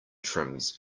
trims